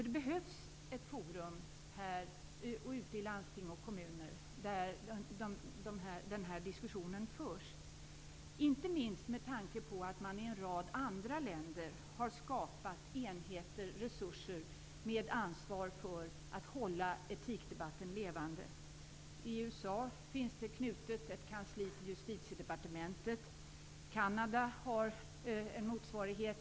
Det behövs ett forum här och ute i landsting och kommuner där den här diskussionen förs. Det behövs inte minst med tanke på att man i en rad andra länder har skapat enheter som har ansvar för att hålla etikdebatten levande. I USA finns ett kansli knutet till Justitiedepartementet. I Kanada finns en sådan motsvarighet.